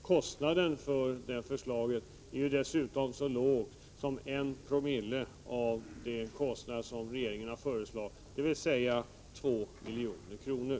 Kostnaden för vårt förslag på den här punkten är dessutom så låg som 1 Jo av den kostnad som regeringen föreslagit, eller 2 milj.kr.